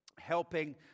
helping